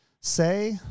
say